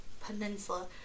Peninsula